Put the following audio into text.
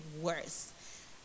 worse